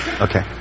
Okay